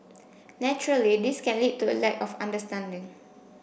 naturally this can lead to a lack of understanding